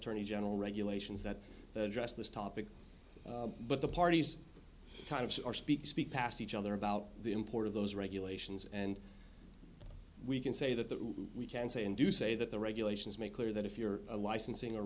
attorney general regulations that dress this topic but the parties kind of are speak speak past each other about the import of those regulations and we can say that that we can say and do say that the regulations make clear that if you're a licensing or